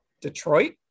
Detroit